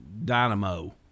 Dynamo